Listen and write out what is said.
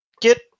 get